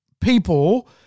people